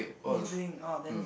he being oh then